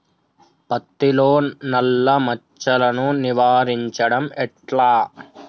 పత్తిలో నల్లా మచ్చలను నివారించడం ఎట్లా?